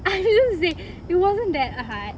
I didn't say it wasn't that hard